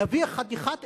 נביא אחד מזרחי,